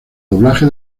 doblaje